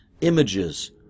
images